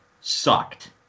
sucked